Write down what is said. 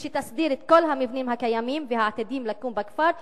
שתסדיר את כל המבנים הקיימים והעתידיים לקום בכפר,